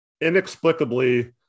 inexplicably